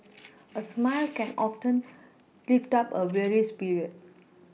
a smile can often lift up a weary spirit